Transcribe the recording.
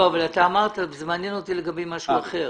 זה מעניין אותי לגבי משהו אחר.